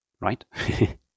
right